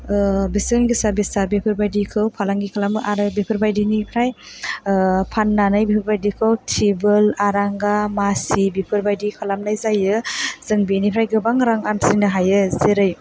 ओ बेसेन गोसा बेफोरबायदिखौ फालांगि खालामो आरो बेफोरबायदिनिफ्राय फाननानै बेफोरबायदिखौ टेबोल आरांगा मासि बेफोरबायदि खालामनाय जायो जों बेनिफ्राय गोबां रां आरजिनो हायो जेरै